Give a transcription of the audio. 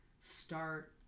start